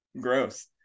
gross